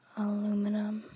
aluminum